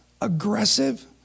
aggressive